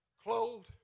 clothed